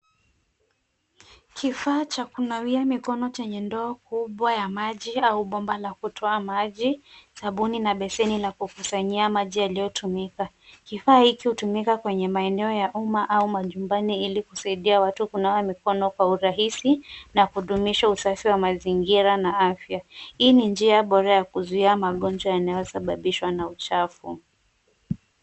Kifaa cha kunawia mikono chenye ndoo kubwa ya maji au bomba la kutoa maji, sabuni na beseni la kukusanyia maji yaliyotumika. Kifaa hiki huyumika kwenye maeneo ya umma au majumbani ili kusaidia watu kunawa mikono kwa urahisi na kudumisha usafi wa mazingira na afya. Hii ni njia bora ya kuzuia magonjwa yanayosababishwa na uchafu.